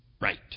right